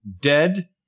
dead